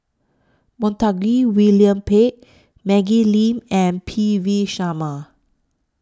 Montague William Pett Maggie Lim and P V Sharma